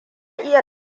iya